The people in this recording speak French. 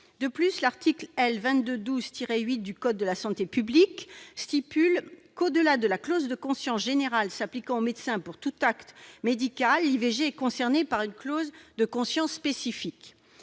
ailleurs, l'article L 2212-8 du code de la santé publique prévoit que, au-delà de la clause de conscience générale s'appliquant aux médecins pour tout acte médical, l'IVG est concernée par une clause de conscience spécifique.